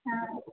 হ্যাঁ